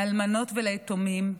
לאלמנות וליתומים,